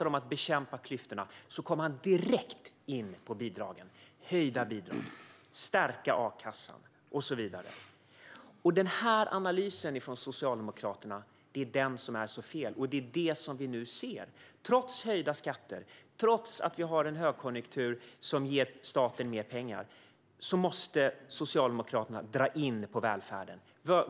När han talar om att bekämpa klyftorna kommer han direkt in på bidragen: höja bidragen, stärka a-kassan och så vidare. Den analysen från Socialdemokraterna är fel, och det är det vi nu ser. Trots höjda skatter och trots att vi har en högkonjunktur som ger staten mer pengar måste Socialdemokraterna dra in på välfärden.